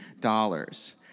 dollars